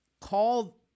call